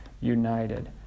united